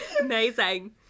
amazing